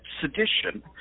sedition